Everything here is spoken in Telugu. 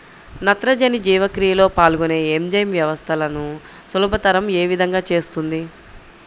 నత్రజని జీవక్రియలో పాల్గొనే ఎంజైమ్ వ్యవస్థలను సులభతరం ఏ విధముగా చేస్తుంది?